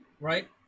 right